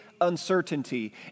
uncertainty